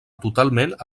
totalment